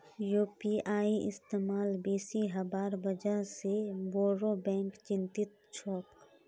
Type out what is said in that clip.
UPI इस्तमाल बेसी हबार वजह से बोरो बैंक चिंतित छोक